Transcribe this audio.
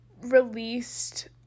released